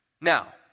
Now